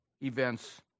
events